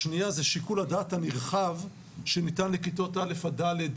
השנייה זה שיקול הדעת הנרחב שניתן לכיתות א' עד ד',